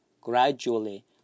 Gradually